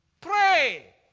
Pray